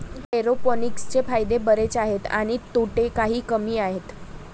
एरोपोनिक्सचे फायदे बरेच आहेत आणि तोटे काही कमी आहेत